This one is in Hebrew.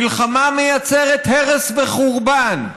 מלחמה מייצרת הרס וחורבן.